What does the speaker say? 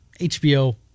HBO